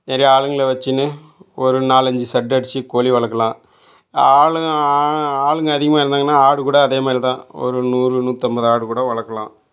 நிறைய ஆளுங்களை வைச்சுனு ஒரு நாலஞ்சு செட் அடிச்சு கோழி வளர்க்கலாம் ஆளுகள் ஆளுகள் அதிகமாக இருந்தாங்கன்னால் ஆடு கூட அதே மாதிரி தான் ஒரு நூறு நூற்றம்பது ஆடு கூட வளர்க்கலாம்